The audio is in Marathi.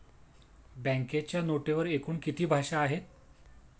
बँकेच्या नोटेवर एकूण किती भाषा आहेत?